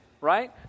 right